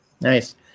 Nice